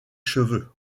cheveux